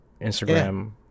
Instagram